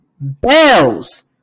Bells